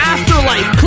Afterlife